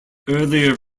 earlier